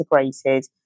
integrated